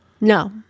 no